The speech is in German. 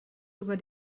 sogar